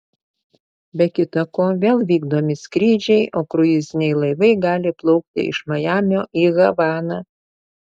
be kita ko vėl vykdomi skrydžiai o kruiziniai laivai gali plaukti iš majamio į havaną